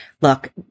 look